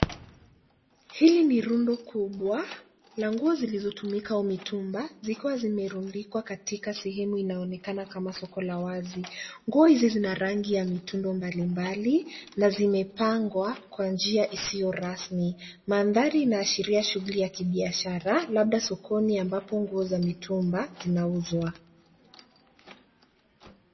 Hili ni rundo kubwa la nguo zilizotumika au mitumba zikiwa zimerundikwa katika sehemu inayoonekana kama soko la wazi. Nguo hizi zina rangi ya mitindo mbalimbali na zimepangwa kwa njia isiyo rasmi. Mandhari inaashiria shughuli la kibiashara labda sokoni ambapo nguo za mitumba zinauzwa.